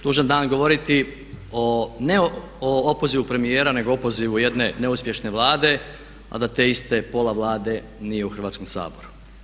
Tužan dan govoriti ne o opozivu premijera nego o opozivu jedne neuspješne Vlade a da te iste pola Vlade nije u Hrvatskom saboru.